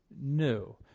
new